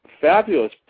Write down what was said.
fabulous